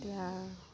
এতিয়া